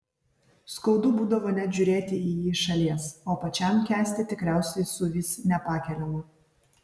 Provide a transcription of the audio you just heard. skaudu būdavo net žiūrėti į jį iš šalies o pačiam kęsti tikriausiai suvis nepakeliama